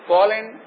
Poland